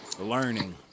Learning